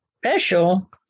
special